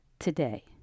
today